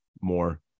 more